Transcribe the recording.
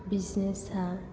business आ